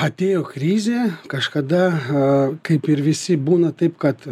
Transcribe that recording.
atėjo krizė kažkada a kaip ir visi būna taip kad